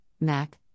Mac